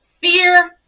fear